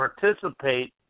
participate